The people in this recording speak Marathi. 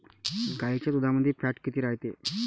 गाईच्या दुधामंदी फॅट किती रायते?